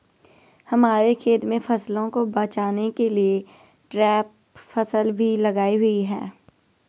हमारे खेत में फसलों को बचाने के लिए ट्रैप फसल भी लगाई हुई है